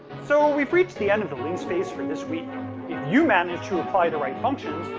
so, we've reached the end of the ling space for this week. if you managed to apply the right functions,